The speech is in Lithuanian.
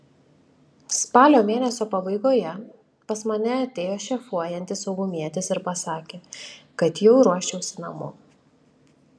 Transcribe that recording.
spalio mėnesio pabaigoje pas mane atėjo šefuojantis saugumietis ir pasakė kad jau ruoščiausi namo